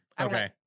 okay